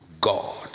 God